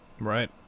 Right